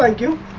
like you